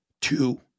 two